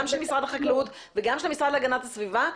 גם של משרד החקלאות וגם של המשרד להגנת הסביבה,